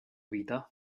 vita